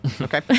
Okay